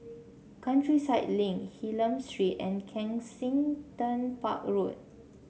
Countryside Link Hylam Street and Kensington Park Road